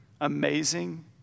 amazing